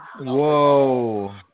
Whoa